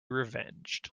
revenged